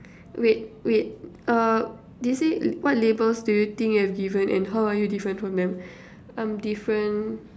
wait wait uh they say what labels do you think you have given and how are you different from them um different